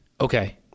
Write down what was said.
okay